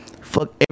fuck